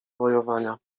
wojowania